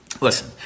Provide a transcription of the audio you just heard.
Listen